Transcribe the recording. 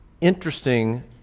interesting